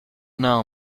now